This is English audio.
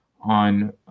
on